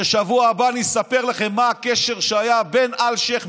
ובשבוע הבא אני אספר לכם מה הקשר שהיה בין אלשיך,